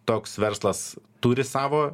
toks verslas turi savo